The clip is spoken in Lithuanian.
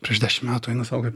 prieš dešim metų einu sau kaip